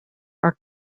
are